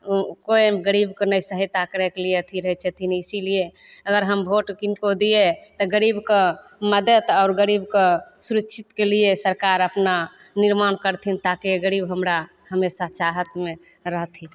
ओ कोइ गरीबके नहि सहायता करैके लिए अथी रहै छथिन इसीलिए अगर हम भोट किनको दिए तऽ गरीबके मदति आओर गरीबके सुरक्षितके लिए सरकार अपना निर्माण करथिन ताकि गरीब हमरा हमेशा चाहतमे रहथिन